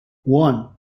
one